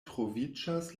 troviĝas